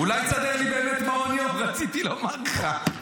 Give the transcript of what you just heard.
אולי תסדר לי באמת מעון יום, רציתי לומר לך.